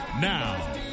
Now